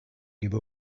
give